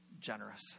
generous